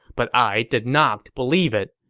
but i did not believe it.